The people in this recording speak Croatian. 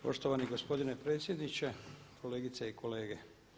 Poštovani gospodine predsjedniče, kolegice i kolege.